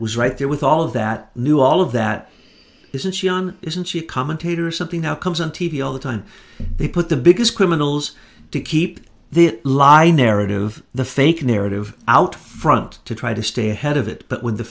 was right there with all of that new all of that isn't she on isn't she a commentator something now comes on t v all the time they put the biggest criminals to keep the law i narrate of the fake narrative out front to try to stay ahead of it but when the